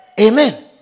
Amen